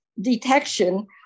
detection